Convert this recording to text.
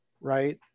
right